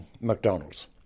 McDonald's